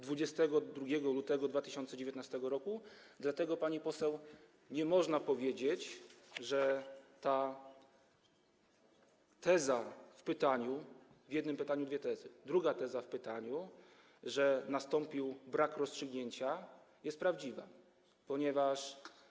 22 lutego 2019 r. Dlatego, pani poseł, nie można powiedzieć, że ta teza w pytaniu, w jednym pytaniu dwie tezy, druga teza w pytaniu, że nastąpił brak rozstrzygnięcia jest prawdziwa, ponieważ.